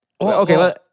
Okay